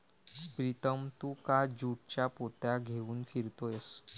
प्रीतम तू का ज्यूटच्या पोत्या घेऊन फिरतोयस